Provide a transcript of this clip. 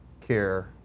care